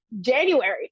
January